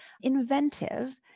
inventive